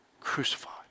crucified